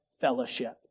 fellowship